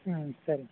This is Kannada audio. ಹ್ಞೂ ಸರಿ